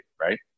right